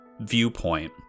viewpoint